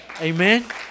Amen